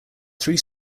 three